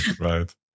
Right